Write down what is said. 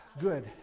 Good